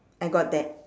I got that